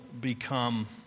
become